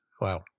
Wow